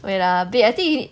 wait ah wait I think you need